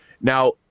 now